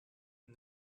and